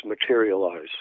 materialize